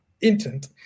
intent